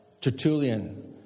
Tertullian